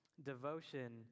Devotion